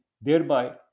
thereby